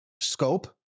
scope